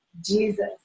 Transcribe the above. Jesus